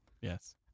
Yes